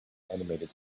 animated